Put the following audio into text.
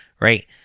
right